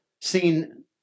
seen